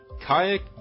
kayak